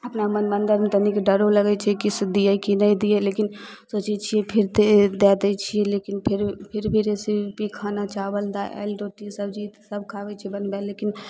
अपना मनमे अन्दरमे तनिक डरो लगय छै कि से दियै कि नहि दियै लेकिन सोचय छियै फिर दय दै छियै लेकिन फिर फिर भी रेसिपी खाना चावल दालि रोटी सब्जी सबके आबय छै बनबय लेकिन